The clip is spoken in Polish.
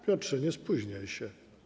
Piotrze, nie spóźniaj się.